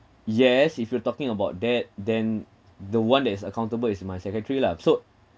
yes if you're talking about that then the one that is accountable is my secretary lah so